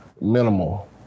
minimal